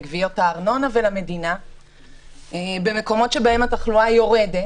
לגביית הארנונה ולמדינה במקומות שבהם היקף התחלואה יורד,